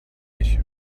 ich